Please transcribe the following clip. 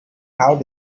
have